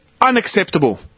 unacceptable